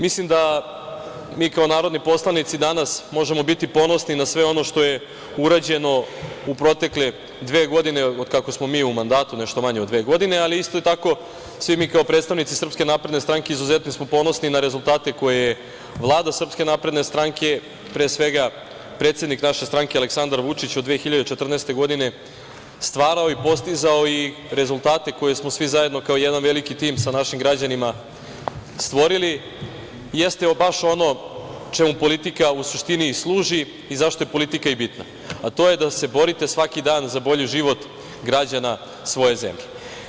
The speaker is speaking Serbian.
Mislim da mi kao narodni poslanici danas možemo biti ponosni na sve ono što je urađeno u protekle dve godine od kako smo mi u mandatu, nešto manje od dve godine, ali isto tako, svi mi kao predstavnici SNS izuzetno smo ponosni na rezultate koje je Vlada SNS, pre svega predsednik naše stranke Aleksandar Vučić, od 2014. godine stvarao i postizao i rezultate koje smo svi zajedno kao jedan veliki tim sa našim građanima stvorili jeste baš ono čemu politika u suštini i služi i zašto je politika i bitna, a to je da se borite svaki dan za bolji život građana svoje zemlje.